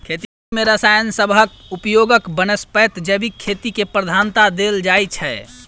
खेती मे रसायन सबहक उपयोगक बनस्पैत जैविक खेती केँ प्रधानता देल जाइ छै